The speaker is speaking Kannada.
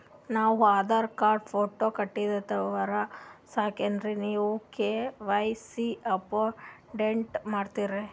ನಾವು ಆಧಾರ ಕಾರ್ಡ, ಫೋಟೊ ಕೊಟ್ಟೀವಂದ್ರ ಸಾಕೇನ್ರಿ ನೀವ ಕೆ.ವೈ.ಸಿ ಅಪಡೇಟ ಮಾಡ್ತೀರಿ?